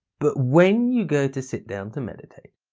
but when you go to sit down to meditate,